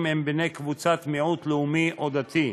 הם "בני קבוצת מיעוט לאומי או דתי",